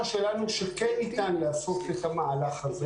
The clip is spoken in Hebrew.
שלנו שכן ניתן לעשות את המהלך הזה,